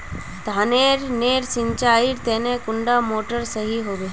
धानेर नेर सिंचाईर तने कुंडा मोटर सही होबे?